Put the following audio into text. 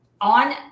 on